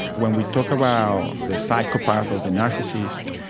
when we talk about the psychopath or the narcissist,